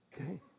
Okay